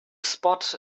spot